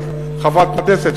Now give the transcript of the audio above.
את חברת כנסת.